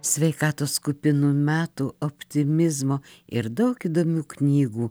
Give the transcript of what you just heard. sveikatos kupinų metų optimizmo ir daug įdomių knygų